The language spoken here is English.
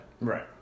Right